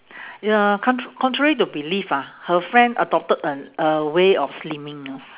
ya con~ contrary to belief ah her friend adopted an a way of slimming you know